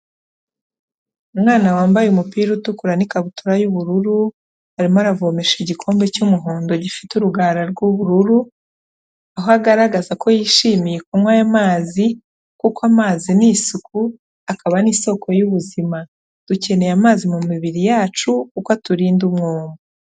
Umwana wambaye umupira utukura n'ikabutura y'ubururu arimo aravomesha igikombe cy'umuhondo gifite urugara rw'ubururu, aho agaragaza ko yishimiye kunywa ayo mazi kuko amazi ni isuku akaba ni soko y'ubuzima, dukeneye amazi mu mibiri yacu uko aturinda umwuma.